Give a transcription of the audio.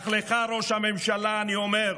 אך לך, ראש הממשלה, אני אומר: